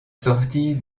sortie